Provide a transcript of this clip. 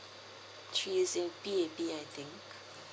she is in P_A_P I think